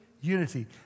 unity